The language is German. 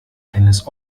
eines